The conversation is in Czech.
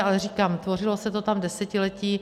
Ale říkám, tvořilo se to tam desetiletí.